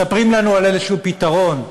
מספרים לנו על פתרון כלשהו,